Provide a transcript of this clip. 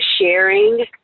sharing